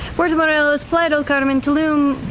puerto morelos, playa del carmen, tulum,